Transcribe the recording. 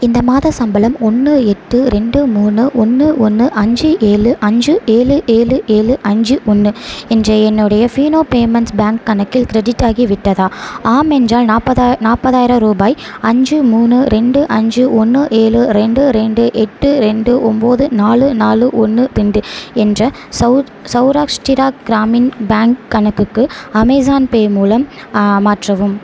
இந்த மாத சம்பளம் ஒன்று எட்டு ரெண்டு மூணு ஒன்று ஒன்று அஞ்சு ஏழு அஞ்சு ஏழு ஏழு ஏழு அஞ்சு ஒன்று என்ற என்னுடைய ஃபீனோ பேமெண்ட்ஸ் பேங்க் கணக்கில் க்ரெடிட் ஆகிவிட்டதா ஆம் என்றால் நாற்பதா நாற்பதாயிர ரூபாய் அஞ்சு மூணு ரெண்டு அஞ்சு ஒன்று ஏழு ரெண்டு ரெண்டு எட்டு ரெண்டு ஒம்பது நாலு நாலு ஒன்று ரெண்டு என்ற சௌ சௌராக்ஷ்டிரா க்ராமின் பேங்க் கணக்குக்கு அமேசான் பே மூலம் மாற்றவும்